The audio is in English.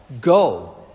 go